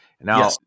Now